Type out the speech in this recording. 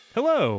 Hello